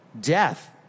death